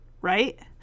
right